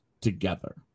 together